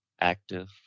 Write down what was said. active